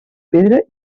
pedra